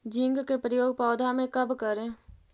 Zinc के प्रयोग पौधा मे कब करे?